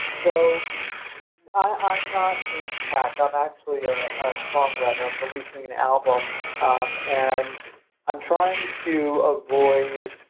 so i'm not in tech. i'm actually a songwriter. i'm releasing an album um and i'm trying to avoid